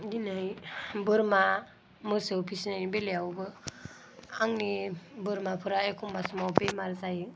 दिनै बोरमा मोसौ फिसिनाय बेलायावबो आंनि बोरमाफोरा एखमब्ला समाव बेमार जायो